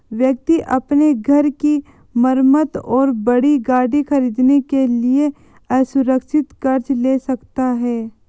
व्यक्ति अपने घर की मरम्मत और बड़ी गाड़ी खरीदने के लिए असुरक्षित कर्ज ले सकता है